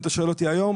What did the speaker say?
אם אתה שואל אותי היום,